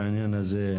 בעניין הזה,